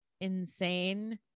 insane